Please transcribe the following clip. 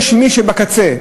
יש מי שבקצה,